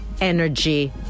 energy